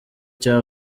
cya